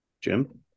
Jim